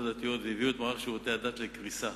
הדתיות והביא את מערך שירותי הדת לקריסה.